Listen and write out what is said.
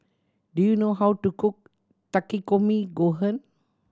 do you know how to cook Takikomi Gohan